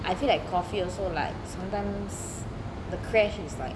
I feel like coffee also like sometimes the crash is like